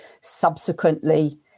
subsequently